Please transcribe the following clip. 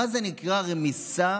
מה זה נקרא רמיסה